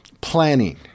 planning